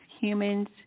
humans